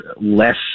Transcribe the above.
less